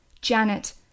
Janet